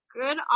good